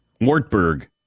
Wartburg